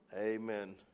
Amen